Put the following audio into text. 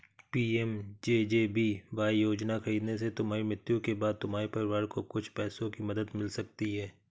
PMJJBY योजना खरीदने से तुम्हारी मृत्यु के बाद तुम्हारे परिवार को कुछ पैसों की मदद मिल सकती है